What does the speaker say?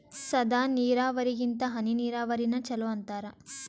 ಸಾದ ನೀರಾವರಿಗಿಂತ ಹನಿ ನೀರಾವರಿನ ಚಲೋ ಅಂತಾರ